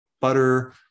butter